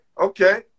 okay